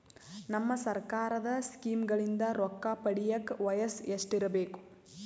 ನಮ್ಮ ಸರ್ಕಾರದ ಸ್ಕೀಮ್ಗಳಿಂದ ರೊಕ್ಕ ಪಡಿಯಕ ವಯಸ್ಸು ಎಷ್ಟಿರಬೇಕು?